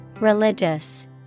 Religious